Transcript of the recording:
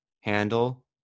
handle